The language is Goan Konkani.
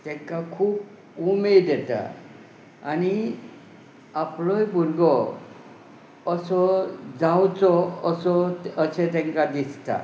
तांकां खूब उमेद येता आनी आपलोय भुरगो असो जावचो असो अशें तांकां दिसता